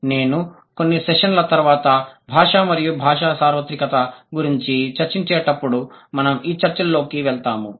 నేను కొన్ని సెషన్ల తర్వాత భాష మరియు భాషా సార్వత్రికత గురించి చర్చించేటప్పుడు మనం ఈ చర్చల్లోకి వెళ్తాము